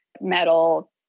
metal